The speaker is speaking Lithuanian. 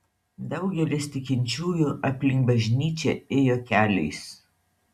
daugelis tikinčiųjų aplink bažnyčią ėjo keliais